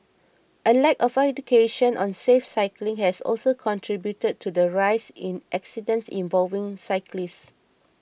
a lack of education on safe cycling has also contributed to the rise in accidents involving cyclists